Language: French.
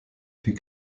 fut